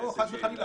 לא, חס וחלילה.